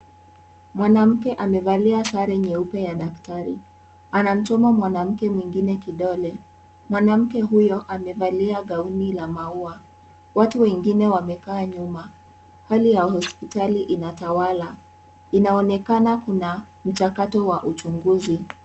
Mwanamke amevalia sare nyeupe ya daktari. Anamchoma mwanamke mwingine kidole. Mwanamke huyo amevalia gauni la maua. Watu wengine wamekaa nyuma. Hali ya hospitali inatawala. Inaonekana kuna mchakato wa uchunguzi.